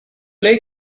ble